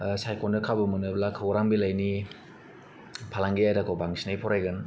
सायख'नो खाबु मोनोब्ला खौरां बिलाइनि फालांगि आयदाखौ बांसिनै फरायगोन